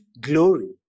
glory